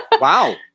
Wow